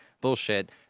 bullshit